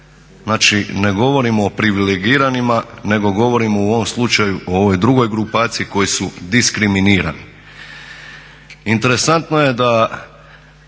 Znači ne govorim o privilegiranima nego govorim u ovom slučaju o ovoj drugoj grupaciji koji su diskriminirani. Interesantno je da